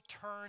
turn